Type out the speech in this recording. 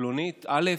פלונית א'